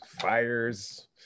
fires